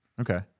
Okay